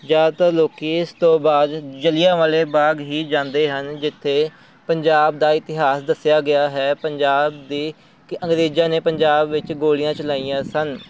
ਜ਼ਿਆਦਾਤਰ ਲੋਕ ਇਸ ਤੋਂ ਬਾਅਦ ਜਲ੍ਹਿਆਂ ਵਾਲੇ ਬਾਗ ਹੀ ਜਾਂਦੇ ਹਨ ਜਿੱਥੇ ਪੰਜਾਬ ਦਾ ਇਤਿਹਾਸ ਦੱਸਿਆ ਗਿਆ ਹੈ ਪੰਜਾਬ ਦੇ ਕੇ ਅੰਗਰੇਜ਼ਾਂ ਨੇ ਪੰਜਾਬ ਵਿੱਚ ਗੋਲੀਆਂ ਚਲਾਈਆਂ ਸਨ